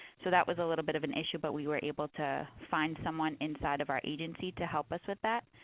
so that was a little bit of an issue, but we were able to find someone inside of our agency to help us with that.